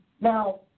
Now